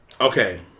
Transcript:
Okay